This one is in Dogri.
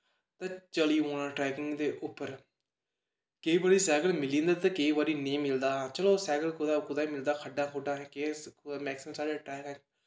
ते चली पौना ट्रैकिंग दे उप्पर केईं बारी सैकल मिली जंदा ते केईं बारी नेईं मिलदा चलो सैकल कुदै कुदै मिलदा खड्डा खुड्डा असें केह् मैकसिमम सैकल दे टैर